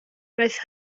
wnaeth